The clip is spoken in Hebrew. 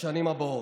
לשנים הבאות.